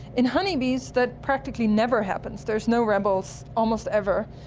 in honeybees that practically never happens, there are no rebels almost ever.